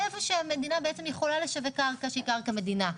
זה איפה שהמדינה יכולה לשווק קרקע שהיא קרקע מדינה.